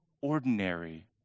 ordinary